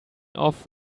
off